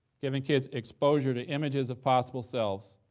giving kids exposure to images of possible selves